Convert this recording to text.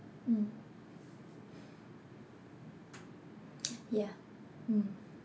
mm yeah mm